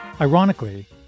Ironically